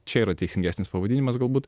čia yra teisingesnis pavadinimas galbūt